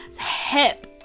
hip